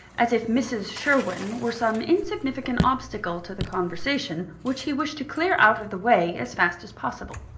as if mrs. sherwin were some insignificant obstacle to the conversation, which he wished to clear out of the way as fast as possible.